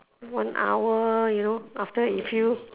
one hour you know after that you feel